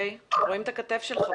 אנחנו רואים את זה בכל התמונות שמגיעות,